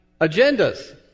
agendas